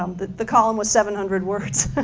um the the column was seven hundred words.